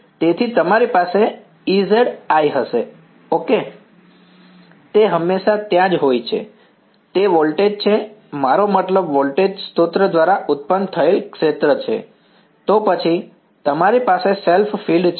તેથી તમારી પાસે Ez i હશે ઓકે તે હંમેશા ત્યાં હોય છે તે વોલ્ટેજ છે મારો મતલબ વોલ્ટેજ સ્ત્રોત દ્વારા ઉત્પન્ન થયેલ ક્ષેત્ર છે તો પછી તમારી પાસે સેલ્ફ ફીલ્ડ છે